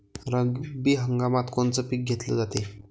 रब्बी हंगामात कोनचं पिक घेतलं जाते?